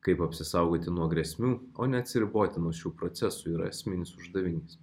kaip apsisaugoti nuo grėsmių o neatsiriboti nuo šių procesų yra esminis uždavinys